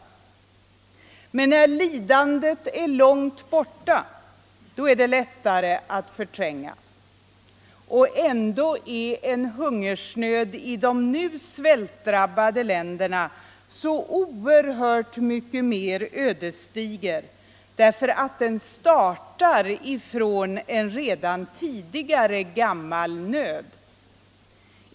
Men när lidandet är långt borta är det — Ytterligare insatser lättare att förtränga. Och ändå är en hungersnöd i de nu svältdrabbade = för svältdrabbade länderna så oerhört mycket mer ödesdiger, därför att den startar från = länder en redan tidigare gammal nöd.